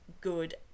good